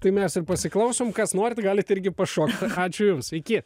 tai mes ir pasiklausom kas norit galit irgi pašokt ačiū jums iki